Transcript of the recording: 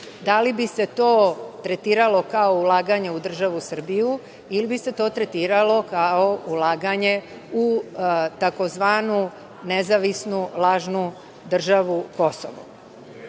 Da li bi se to tretiralo kao ulaganje u državu Srbiju ili bi se to tretiralo kao ulaganje u tzv. nezavisnu lažnu državu Kosovo? Što